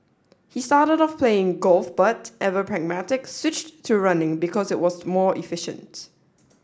he started off playing golf but ever pragmatic switched to running because it was more efficient